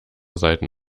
saiten